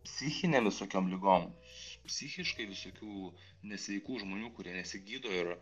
psichinėm visokiom ligom psichiškai visokių nesveikų žmonių kurie nesigydo ir